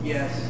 Yes